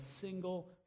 single